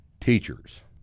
teachers